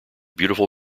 beautiful